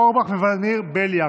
אורבך וולדימיר בליאק.